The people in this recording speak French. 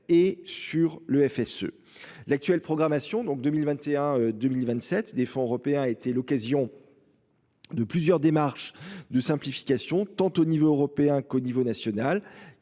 et sur le FSE l'actuelle programmation donc 2021 2027 des fonds européens a été l'occasion. De plusieurs démarches de simplification tant au niveau européen qu'au niveau national,